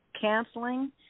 canceling